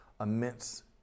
immense